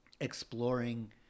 exploring